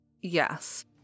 Yes